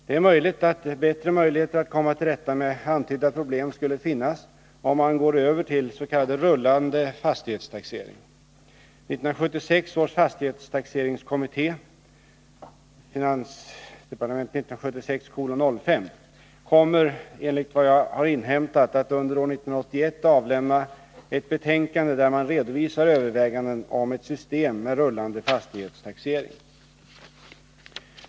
Det är möjligt att bättre möjligheter att komma till rätta med antydda problem skulle finnas om man går över till s.k. rullande fastighetstaxering. 1976 års fastighetstaxeringskommitté kommer enligt vad jag har inhämtat att under år 1981 avlämna ett betänkande där man redovisar överväganden om ett system med rullande fastighetstaxering.